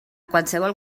qualsevol